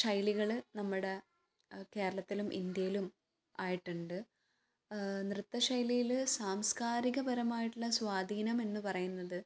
ശൈലികൾ നമ്മുടെ കേരളത്തിലും ഇന്ത്യയിലും ആയിട്ടുണ്ട് നൃത്ത ശൈലിയിൽ സാംസ്കാരികപരമായിട്ടുള്ള സ്വാധീനം എന്ന് പറയുന്നത്